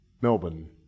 Melbourne